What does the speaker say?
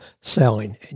selling